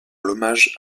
hommage